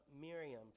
Miriam